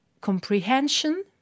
comprehension